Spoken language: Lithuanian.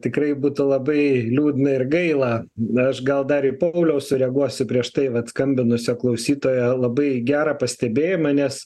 tikrai būtų labai liūdna ir gaila aš gal dar į pauliaus sureaguosiu prieš tai vat skambinusio klausytojo labai gerą pastebėjimą nes